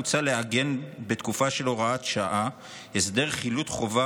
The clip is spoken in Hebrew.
מוצע לעגן בתקופה של הוראת השעה הסדר חילוט חובה